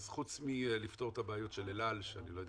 אז חוץ מלפתור את הבעיות של אל על, אני לא יודע